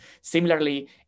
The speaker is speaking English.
Similarly